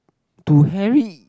to Harry